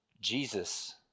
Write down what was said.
Jesus